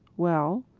well,